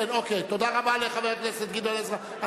תודה רבה לחבר הכנסת גדעון עזרא.